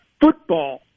football